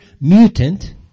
mutant